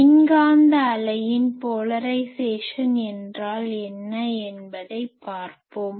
மின்காந்த அலையின் போலரைஸேசன் என்றால் என்ன என்பதை பார்ப்போம்